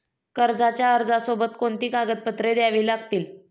कर्जाच्या अर्जासोबत कोणती कागदपत्रे द्यावी लागतील?